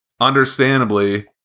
understandably